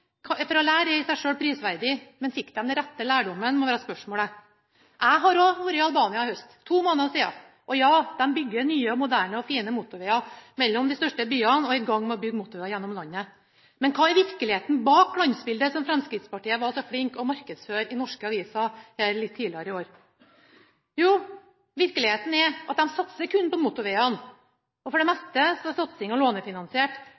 for å lære er i seg sjøl prisverdig. Men fikk de den rette lærdommen, må være spørsmålet. Jeg har også vært i Albania i høst – for to måneder siden. Ja, de bygger nye og moderne og fine motorveger mellom de største byene og er i gang med å bygge motorveg gjennom landet. Men hva er virkeligheten bak glansbildet som Fremskrittspartiet var så flink til å markedsføre i norske aviser litt tidligere i år? Virkeligheten er at de kun satser på motorvegene. Og for det meste er satsinga lånefinansiert.